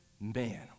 man